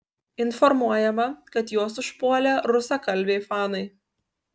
informuojama kad juos užpuolė rusakalbiai fanai